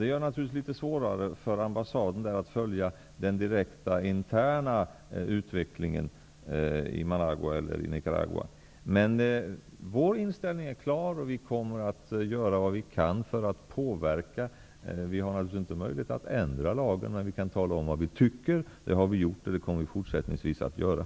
Det gör det naturligtvis litet svårare för ambassaden att följa den direkta interna utvecklingen i Nicaragua. Vår inställning är klar. Vi kommer att göra vad vi kan för att påverka. Vi har naturligtvis inte möjlighet att ändra lagen, men vi kan tala om vad vi tycker. Det har vi gjort, och det kommer vi också att göra i fortsättningen.